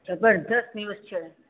જબરજસ્ત ન્યૂઝ છે